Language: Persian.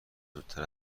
زودتر